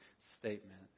statement